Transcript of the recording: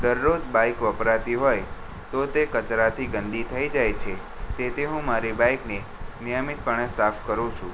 દરરોજ બાઈક વપરાતી હોય તો તે કચરાથી ગંદી થઈ જાય છે તેથી હું મારી બાઈકને નિયમિતપણે સાફ કરું છું